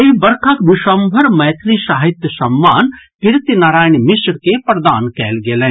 एहि वर्षक विश्वम्भर मैथिली साहित्य सम्मान कीर्ति नारायण मिश्र के प्रदान कयल गेलनि